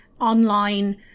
online